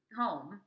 home